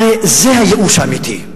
הרי זה הייאוש האמיתי.